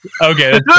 okay